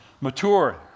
mature